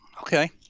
Okay